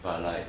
but like